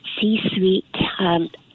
C-suite